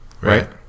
right